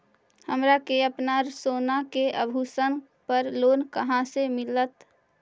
हमरा के अपना सोना के आभूषण पर लोन कहाँ से मिलत?